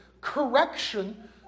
correction